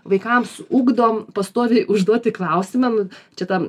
vaikams ugdom pastoviai užduoti klausimam čia tam